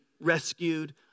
rescued